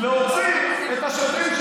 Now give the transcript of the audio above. להוציא את השוטרים,